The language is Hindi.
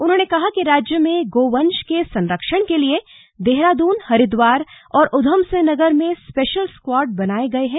उन्होंने कहा कि राज्य में गोवंश के संरक्षण के लिए देहरादून हरिद्वार और उधमसिंह नगर में स्पेशल स्क्वॉड बनाये गये हैं